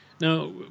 Now